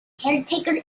caretaker